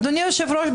אדוני היושב-ראש,